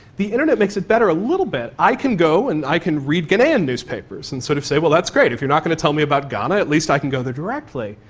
the internet makes it better a little bit. i can go and i can read ghanaian newspapers and sort of say, well, that's great, if you're not going to tell me about ghana, at least i can go there directly.